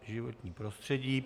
Životní prostředí.